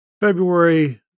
February